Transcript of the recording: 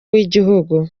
w’igihugu